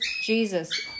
Jesus